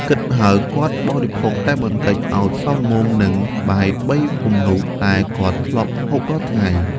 គិតហើយ គាត់បរិភោគតែបន្តិចអោយសមល្មមនឹង បាយបីពំនួតដែលគាត់ធ្លាប់ហូបរាល់ថ្ងៃ ។